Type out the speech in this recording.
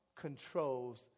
controls